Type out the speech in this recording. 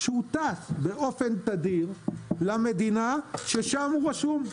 שהוא טס באופן תדיר למדינה שבה הוא רשום.